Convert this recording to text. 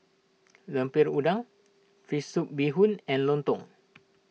Lemper Udang Fish Soup Bee Hoon and Lontong